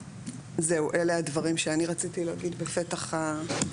זהו, אלה הדברים שאני רציתי להגיד בפתח הדיון.